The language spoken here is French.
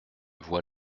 vois